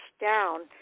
down